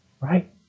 Right